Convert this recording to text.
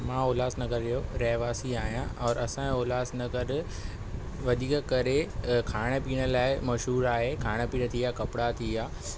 मां उल्हासनगर जो रहिवासी आहियां और असां जो उल्हासनगर वधीक करे खाइण पीअण लाइ मशहूर आहे खाइण पीअण थी वया कपड़ा थी वया